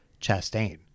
Chastain